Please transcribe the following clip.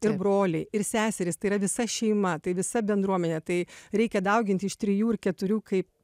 ir broliai ir seserys tai yra visa šeima tai visa bendruomenė tai reikia daugint iš trijų ir keturių kaip